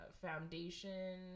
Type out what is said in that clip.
foundation